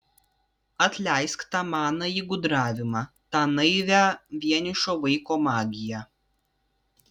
atleisk tą manąjį gudravimą tą naivią vienišo vaiko magiją